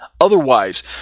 otherwise